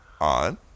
on